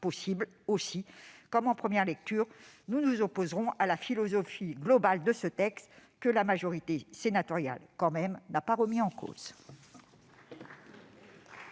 possible. Aussi, comme en première lecture, nous nous opposerons à la philosophie globale de ce texte, que la majorité sénatoriale n'a malgré tout pas remise en cause